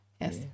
Yes